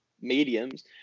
mediums